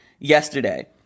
yesterday